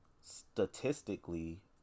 statistically